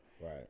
right